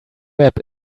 web